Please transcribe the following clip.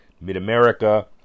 Mid-America